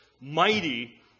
mighty